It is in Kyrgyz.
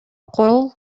кол